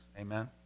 Amen